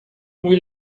muy